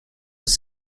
was